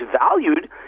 valued